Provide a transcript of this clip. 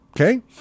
okay